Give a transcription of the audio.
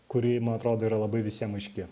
kuri atrodo yra labai visiem aiški